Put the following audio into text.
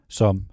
som